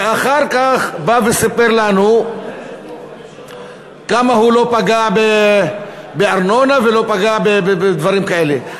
ואחר כך בא וסיפר לנו כמה הוא לא פגע בארנונה ולא פגע בדברים כאלה.